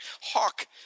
Hawk